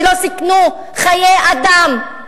שלא סיכנו חיי אדם?